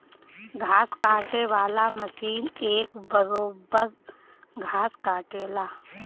घास काटे वाला मशीन एक बरोब्बर घास काटेला